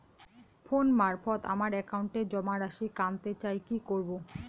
Phone মারফত আমার একাউন্টে জমা রাশি কান্তে চাই কি করবো?